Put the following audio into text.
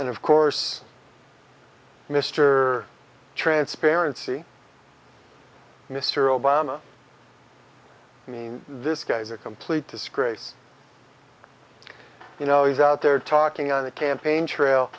and of course mr transparency mr obama i mean this guy's a complete disgrace you know he's out there talking on the campaign trail